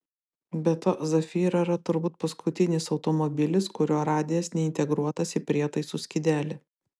be to zafira yra turbūt paskutinis automobilis kurio radijas neintegruotas į prietaisų skydelį